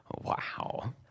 Wow